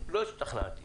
ולא השתכנעתי.